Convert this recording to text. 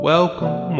Welcome